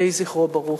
יהי זכרו ברוך.